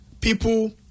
people